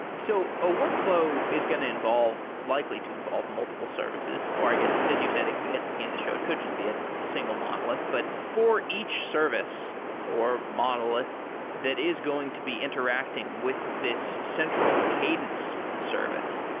so a workflow is going to involve, likely to involve multiple services, or i guess, as you said at the beginning of the show, it could just be ah a single monolith. but for each service or monolith that is going to be interacting with this central cadence service,